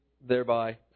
thereby